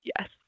Yes